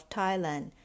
Thailand